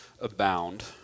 abound